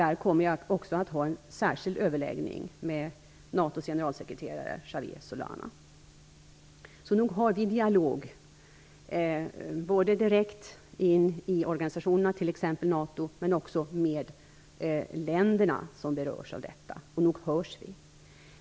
Där kommer jag också att ha en särskild överläggning med NATO:s generalsekreterare, Javier Solana. Så nog har vi dialog, både direkt i organisationer, t.ex. NATO, men också med länderna som berörs av detta. Och nog hörs vi.